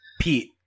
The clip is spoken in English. Pete